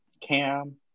Cam